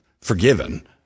forgiven